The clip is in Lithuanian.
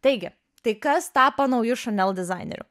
taigi tai kas tapo nauju šanel dizaineriu